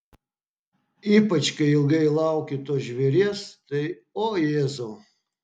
ypač kai ilgai lauki to žvėries tai o jėzau